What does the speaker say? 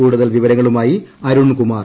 കൂടുതൽ വിവരങ്ങളുമായി അരുൺ കുമാർ